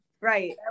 right